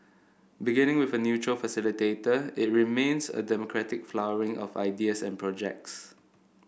beginning with a neutral facilitator it remains a democratic flowering of ideas and projects